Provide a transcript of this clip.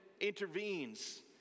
intervenes